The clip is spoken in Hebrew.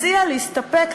מציע להסתפק,